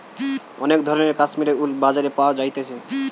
অনেক ধরণের কাশ্মীরের উল বাজারে পাওয়া যাইতেছে